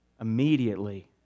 Immediately